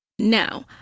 Now